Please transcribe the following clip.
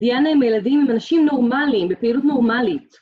טיילנו עם הילדים. הם אנשים נורמליים בפעילות נורמלית